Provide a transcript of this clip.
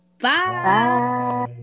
bye